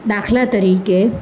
દાખલા તરીકે